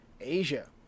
Asia